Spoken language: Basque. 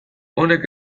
honek